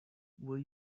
will